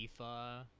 FIFA